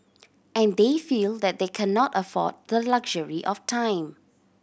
and they feel that they cannot afford the luxury of time